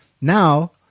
Now